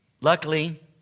Luckily